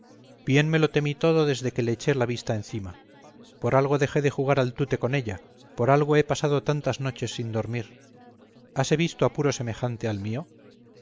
bien me lo temí todo desde que le eché la vista encima por algo dejé de jugar al tute con ella por algo he pasado tantas noches sin dormir hase visto apuro semejante al mío